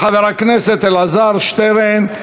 של חבר הכנסת אלעזר שטרן,